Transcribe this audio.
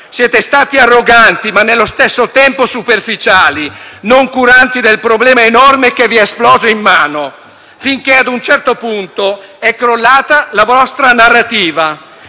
Siete stati arroganti, ma, nello stesso tempo, superficiali, non curanti del problema enorme che vi è esploso in mano, finché, ad un certo punto, è crollata la vostra narrativa: